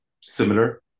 similar